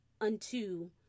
unto